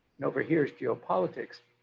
over here is geopolitics.